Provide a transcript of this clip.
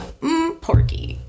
porky